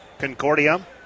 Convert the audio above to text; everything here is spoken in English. Concordia